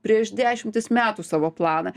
prieš dešimtis metų savo planą